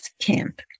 camp